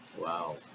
Wow